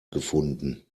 gefunden